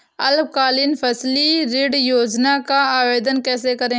अल्पकालीन फसली ऋण योजना का आवेदन कैसे करें?